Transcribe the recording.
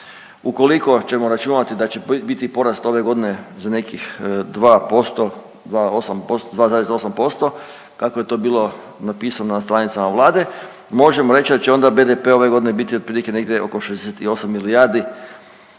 ukoliko ćemo računati da će biti porast ove godine za nekih 2%, 2,8%, kako je to bilo napisano na stranicama Vlade, možemo reći da će onda BDP ove godine biti otprilike negdje oko 68 milijardi